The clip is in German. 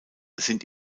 sind